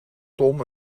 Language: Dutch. tom